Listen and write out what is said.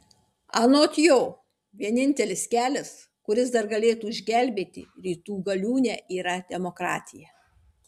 anot jo vienintelis kelias kuris dar galėtų išgelbėti rytų galiūnę yra demokratija